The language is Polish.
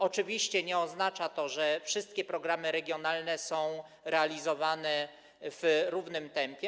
Oczywiście nie oznacza to, że wszystkie programy regionalne są realizowane w równym tempie.